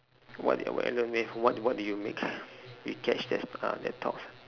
what what make what what do you make the catch that's uh that talks